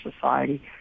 society